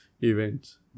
events